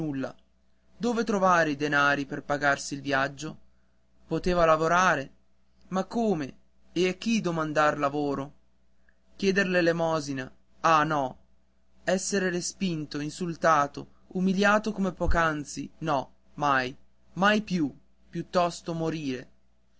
dove trovare i denari per pagarsi il viaggio poteva lavorare ma come a chi domandar lavoro chieder l'elemosina ah no essere respinto insultato umiliato come poc'anzi no mai mai più piuttosto morire